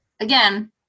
again